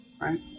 Right